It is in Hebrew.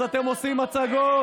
אז אתם עושים הצגות.